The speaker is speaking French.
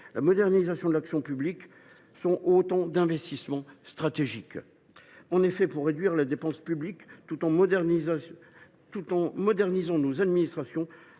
la modernisation de l’action publique sont autant d’investissements stratégiques. En effet, pour réduire la dépense publique tout en modernisant nos administrations,